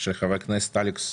התשפ"ב-2021 של חבר הכנסת אלכס